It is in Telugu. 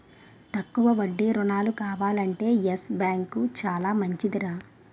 తక్కువ వడ్డీ రుణాలు కావాలంటే యెస్ బాంకు చాలా మంచిదిరా